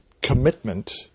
commitment